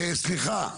סליחה.